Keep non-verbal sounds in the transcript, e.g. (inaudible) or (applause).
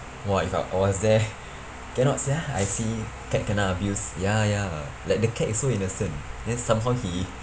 !wah! if I I was there (breath) cannot sia I see cat kena abuse ya ya like the cat is so innocent then somehow he